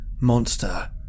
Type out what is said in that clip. monster